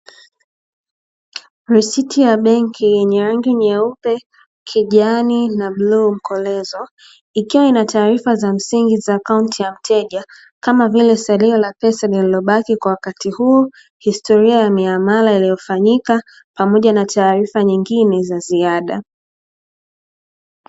Risiti ya benki yenye rangi nyeupe, kijani na bluu mkolezo ikiwa na taarifa za msingi za akaunti ya mteja, kama vile salio la pesa lililobaki kwa wakati huo, historia ya miamala iliyofanyika pamoja na taarifa nyingine za ziada.